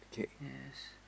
yes